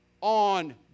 on